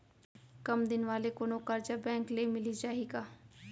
कम दिन वाले कोनो करजा बैंक ले मिलिस जाही का?